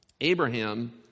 Abraham